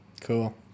cool